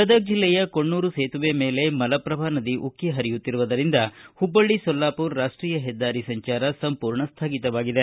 ಗದಗ ಜಿಲ್ಲೆಯ ಕೊಣ್ಣೂರ ಸೇತುವೆ ಮೇಲೆ ಮಲಪ್ರಭಾ ನದಿ ಉಕ್ಕಿ ಹರಿಯುತ್ತಿರುವುದರಿಂದ ಹುಬ್ಬಳ್ಳ ಸೊಲ್ಲಾಪುರ ರಾಷ್ಟೀಯ ಹೆದ್ದಾರಿ ಸಂಚಾರ ಸಂಪೂರ್ಣ ಸ್ವಗಿತವಾಗಿದೆ